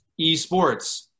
eSports